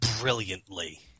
brilliantly